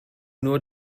nur